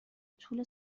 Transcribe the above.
طول